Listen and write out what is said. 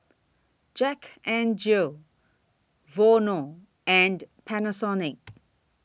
Jack N Jill Vono and Panasonic